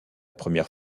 première